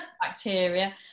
bacteria